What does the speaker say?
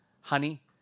honey